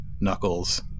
Knuckles